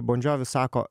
bon džiovis sako